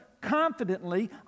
confidently